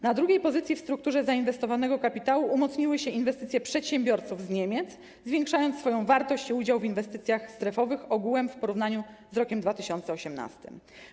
Na drugiej pozycji w strukturze zainwestowanego kapitału umocniły się inwestycje przedsiębiorców z Niemiec, zwiększając swoją wartość o udział w inwestycjach strefowych ogółem w porównaniu z rokiem 2018.